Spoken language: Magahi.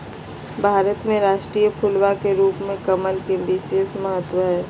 भारत के राष्ट्रीय फूलवा के रूप में कमल के विशेष महत्व हई